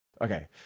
okay